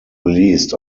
released